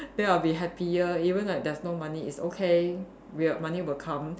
then I'll be happier even like there's no money it's okay will money will come